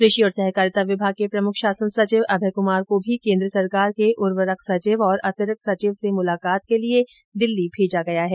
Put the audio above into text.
कृषि और सहकारिता विभाग के प्रमुख शासन सचिव अभय कुमार को भी केन्द्र सरकार के उर्वरक सचिव और अतिरिक्त सचिव से मुलाकात के लिए दिल्ली भेजा गया है